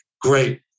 great